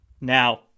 Now